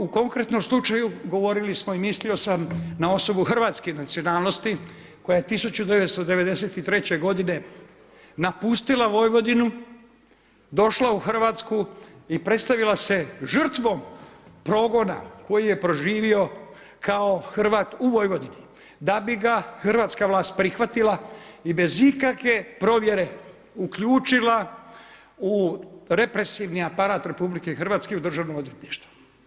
U konkretnom slučaju govorili smo i mislio sam na osobu hrvatske nacionalnosti koja je 1993. godine napustila Vojvodinu, došla u Hrvatsku i predstavila se žrtvom progona koji je proživio kao Hrvat u Vojvodini, da bi ga hrvatska vlast prihvatila i bez ikakve provjere uključila u represivni aparat Republike Hrvatske u Državno odvjetništvo.